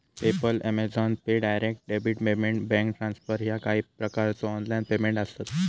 PayPal, Amazon pay, direct debit payment, bank transfer ह्या काही प्रकारचो ऑनलाइन पेमेंट आसत